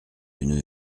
une